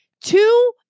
two